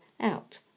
out